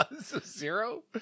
Zero